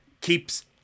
keeps